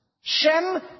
Shem